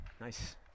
Nice